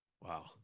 Wow